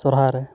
ᱥᱚᱦᱚᱨᱟᱭ ᱨᱮ